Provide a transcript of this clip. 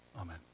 Amen